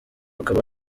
akaba